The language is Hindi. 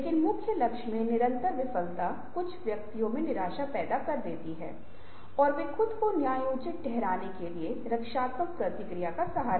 इसलिए यदि आप इस आंकड़े को देखेंगे तो आप पाएंगे कि रचनात्मकता कभी भी रैखिक प्रक्रिया नहीं है